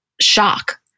shock